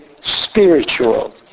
spiritual